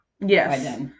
Yes